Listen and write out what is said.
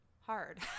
hard